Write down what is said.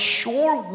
sure